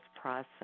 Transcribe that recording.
process